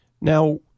Now